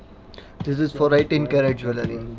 this is for eighteen karat jewelry.